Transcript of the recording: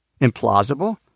implausible